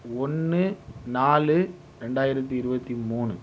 ஒன்று நாலு ரெண்டாயிரத்தி இருபத்தி மூணு